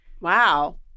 Wow